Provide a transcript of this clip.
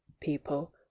people